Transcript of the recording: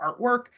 artwork